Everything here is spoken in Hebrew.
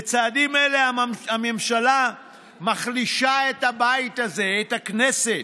בצעדים אלה הממשלה מחלישה את הבית הזה, את הכנסת.